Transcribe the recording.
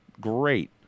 Great